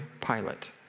pilot